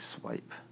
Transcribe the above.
swipe